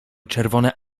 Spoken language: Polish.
czerwone